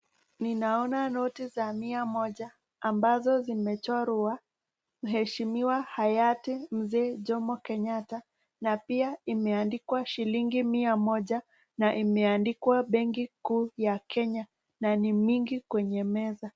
Ninaona noti za mia moja ambazo zimechorwa mheshimiwa hayati Mzee Jomo Kenyatta na pia imeandikwa shilingi mia moja na imeandikwa benki kuu ya kenya na ni mingi kwenye meza.